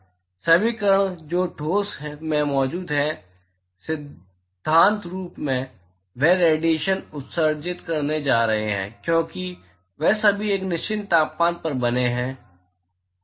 वे सभी कण जो ठोस में मौजूद हैं सिद्धांत रूप में वे रडिएशन उत्सर्जित करने जा रहे हैं क्योंकि वे सभी एक निश्चित तापमान पर बने रहते हैं